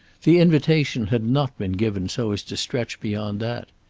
the invitation had not been given so as to stretch beyond that.